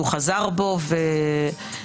שהוא חזר בו והתנצל.